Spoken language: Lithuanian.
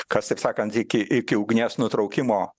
kas taip sakant iki iki ugnies nutraukimo